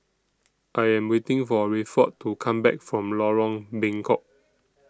I Am waiting For Rayford to Come Back from Lorong Bengkok